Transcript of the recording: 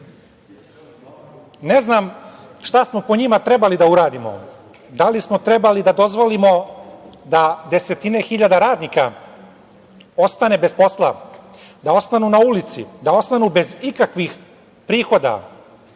znam šta smo po njima trebali da uradimo, da li smo trebali da dozvolimo da desetine hiljada radnika ostane bez posla, da ostanu na ulici, da ostanu bez ikakvih prihoda.